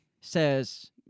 says